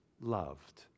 loved